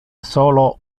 solo